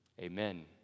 Amen